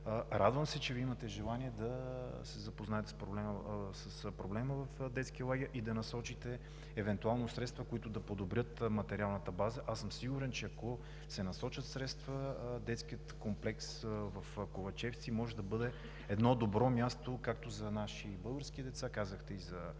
Радвам се, че имате желание да се запознаете с проблема в детския лагер и евентуално да насочите средства, които да подобрят материалната база. Сигурен съм, че ако се насочат средства, Детският комплекс в Ковачевци може да бъде едно добро място както за наши, български, деца и за учебни